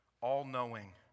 all-knowing